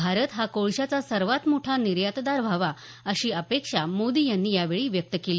भारत हा कोळशाचा सर्वात मोठा निर्यातदार व्हावा अशी अपेक्षा मोदी यांनी यावेळी व्यक्त केली